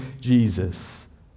Jesus